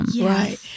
right